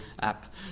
app